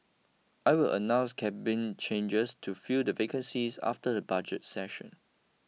I will announce Cabinet changes to fill the vacancies after the budget session